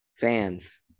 Fans